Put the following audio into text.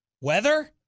Weather